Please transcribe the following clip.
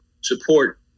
support